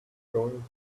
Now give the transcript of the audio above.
going